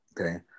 Okay